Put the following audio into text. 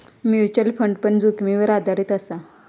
mutual fund पण जोखीमीवर आधारीत असा